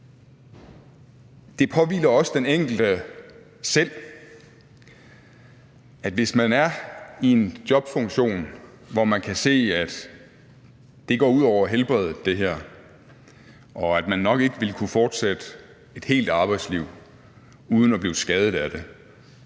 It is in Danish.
Det påhviler også den enkelte selv, hvis man er i en jobfunktion, hvor man kan se, at det går ud over helbredet, og at man nok ikke vil kunne fortsætte et helt arbejdsliv uden at blive skadet af det,